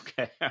Okay